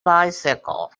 bicycle